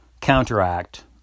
counteract